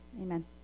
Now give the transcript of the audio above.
Amen